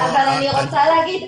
אני רוצה להגיד,